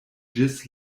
ĝis